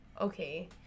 okay